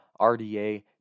RDA